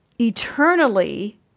eternally